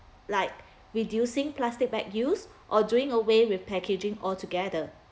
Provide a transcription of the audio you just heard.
like reducing plastic bag use or doing away with packaging altogether